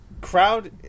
crowd